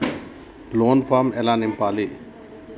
Loan form ఎలా నింపాలి?